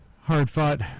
Hard-fought